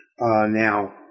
now